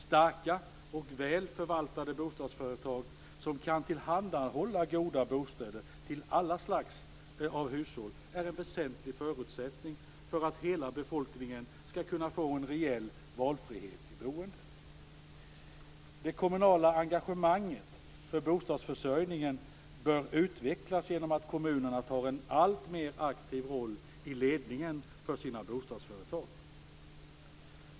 Starka och väl förvaltade bostadsföretag, som kan tillhandahålla goda bostäder till alla slags hushåll, är en väsentlig förutsättning för att hela befolkningen skall kunna få en reell valfrihet i boendet. Det kommunala engagemanget för bostadsförsörjningen bör utvecklas genom att kommunerna tar en alltmer aktiv roll i ledningen för sina bostadsföretag.